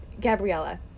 Gabriella